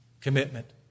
Commitment